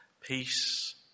Peace